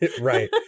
Right